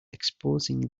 exposing